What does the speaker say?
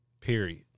Period